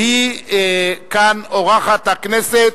והם כאן אורחי הכנסת,